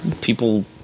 People